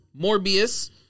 Morbius